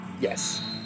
Yes